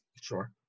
Sure